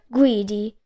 Greedy